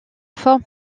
forme